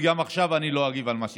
וגם עכשיו אני לא אגיב על מה שכתבת.